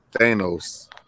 Thanos